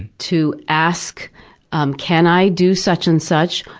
and to ask um can i do such and such,